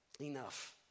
Enough